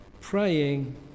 praying